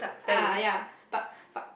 ah ya but but